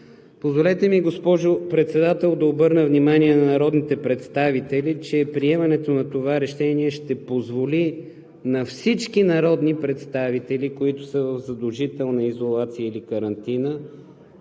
Позволете ми, госпожо Председател, да обърна внимание на народните представители, че приемането на това решение ще позволи на всички народни представители, които са в задължителна изолация или карантина